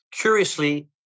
curiously